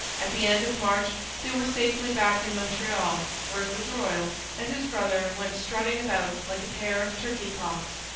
at the end of march they were safely back in montreal, where vaudreuil and his brother went strutting about like a pair of turkey-cocks.